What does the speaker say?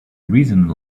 reason